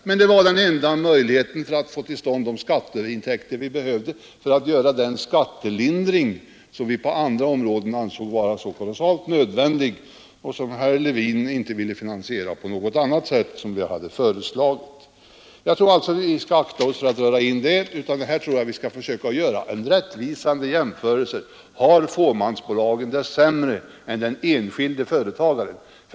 Men det var den enda möjligheten att få fram de skatteintäkter som vi behövde för att genomföra den skattelindring på andra områden som vi ansåg vara så kolossalt nödvändig och som herr Levin inte ville finansiera på det sätt som man hade föreslagit. Jag tror alltså att vi skall akta oss för att dra in den saken här, utan i stället försöka göra en rättvisande jämförelse: Har fåmansbolagen det sämre än den enskilde företagaren?